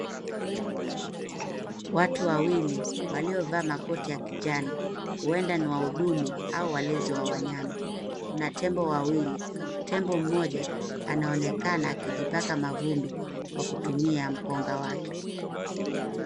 Watu wawili waliovaa makoti ya kijani huenda ni wahudumu au walezi wa wanyama. Kuna tembo wawili. Tembo mmoja anaonekana akijipaka mavumbi kwa kutumia mkonga wake.